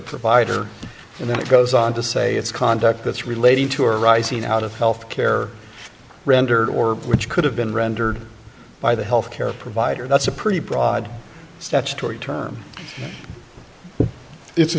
provider and then it goes on to say it's conduct that's related to arising out of health care rendered or which could have been rendered by the health care provider that's a pretty broad statutory term it's